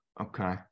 Okay